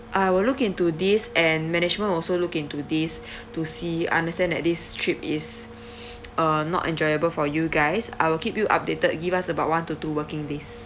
I will look into this and management also look into this to see understand that this trip is uh not enjoyable for you guys I will keep you updated give us about one to two working days